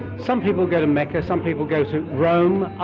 some people go to mecca, some people go to rome, ah